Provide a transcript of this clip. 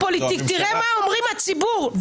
אומר הציבור.